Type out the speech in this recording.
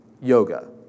yoga